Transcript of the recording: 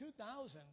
2000